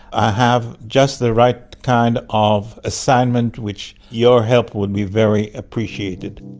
i have just the right kind of assignment which your help will be very appreciated.